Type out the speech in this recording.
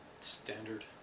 Standard